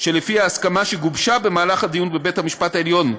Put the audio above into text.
לכך שלפי ההסכמה שגובשה בדיון בבית המשפט העליון,